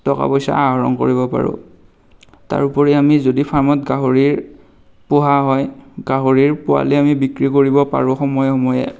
টকা পইচাৰ আহৰণ কৰিব পাৰোঁ তাৰোপৰি আমি যদি ফাৰ্মত গাহৰি পোহা হয় গাহৰিৰ পোৱালি আমি বিক্ৰী কৰিব পাৰোঁ সময়ে সময়ে